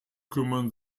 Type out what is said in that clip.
kümmern